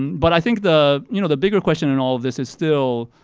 but i think the you know the bigger question in all of this is still,